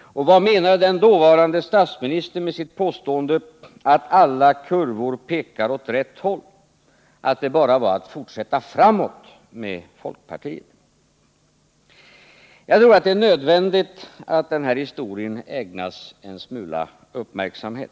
och vad menade den dåvarande statsministern med sitt påstående om att alla kurvor pekade åt rätt håll och att det bara var att fortsätta framåt med folkpartiet? Jag tror att det är nödvändigt att den här historien ägnas en smula uppmärksamhet.